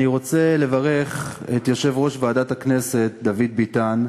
אני רוצה לברך את יושב-ראש ועדת הכנסת דוד ביטן,